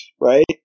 right